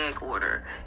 order